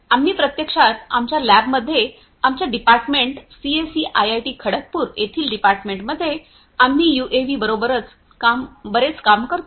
आम्ही प्रत्यक्षात आमच्या लॅबमध्ये आमच्या डिपार्टमेंट सीएसई आयआयटी खडगपुर येथील डिपार्टमेंटमध्ये आम्ही यूएव्हीबरोबर बरेच काम करतो